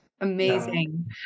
Amazing